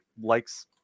likes